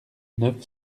neuf